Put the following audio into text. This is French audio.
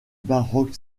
baroque